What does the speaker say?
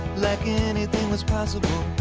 like anything was possible